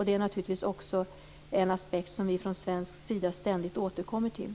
Det är naturligtvis en aspekt som vi från svensk sida ständigt återkommer till.